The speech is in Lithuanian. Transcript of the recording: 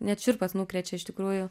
net šiurpas nukrečia iš tikrųjų